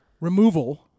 removal